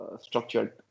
structured